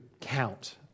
count